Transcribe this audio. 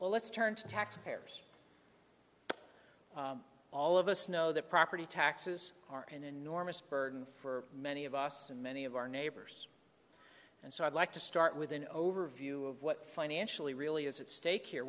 well let's turn to taxpayers all of us know that property taxes are an enormous burden for many of us and many of our neighbors and so i'd like to start with an overview of what financially really is at stake here